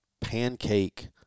pancake